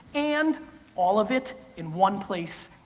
and all of it in one place.